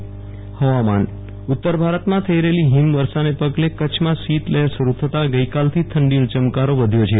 વિરલ રાણા હવામાન ઉત્તર ભારતમાં થઈ રહેલી હિમવર્ષાને પગલે કચ્છમાં શીતલહેર શરૂ થતાં ગઈકાલથી ઠંડીનો ચમકારો વધ્યો છે